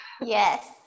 Yes